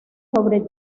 sobre